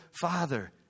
Father